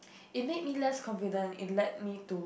it made me less confident it led me to